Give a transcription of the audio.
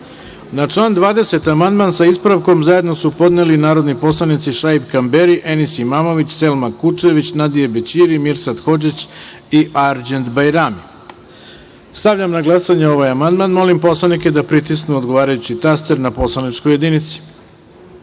član 20. amandman, sa ispravkom, zajedno su podneli narodni poslanici Šaip Kamberi, Enis Imamović, Selma Kučević, Nadije Bećiri, Mirsad Hodžić i Arđend Bajrami. Stavljam na glasanje ovaj amandman. Molim poslanike da pritisnu odgovarajući taster na poslaničkoj jedinici. Glasalo